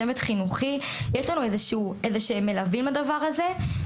צוות חינוכי ויש לנו מלווים כדי שנוכל לעבד את הדבר הזה הלאה.